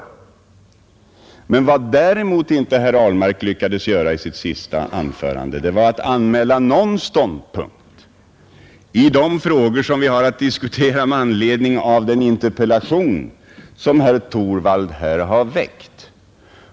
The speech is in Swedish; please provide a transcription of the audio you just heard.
Vad herr Ahlmark däremot inte lyckades med i sitt senaste anförande var att anmäla någon ståndpunkt i de frågor som vi nu diskuterar i anledning av herr Torwalds interpellation.